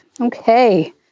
Okay